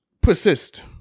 persist